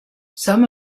some